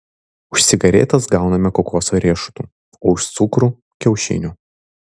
už cigaretes gauname kokoso riešutų o už cukrų kiaušinių